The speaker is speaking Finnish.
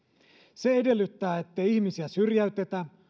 se edellyttää ettei ihmisiä syrjäytetä